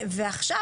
ועכשיו,